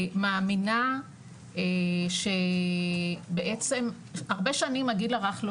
מאמינה שבעצם הרבה שנים הגיל הרך לא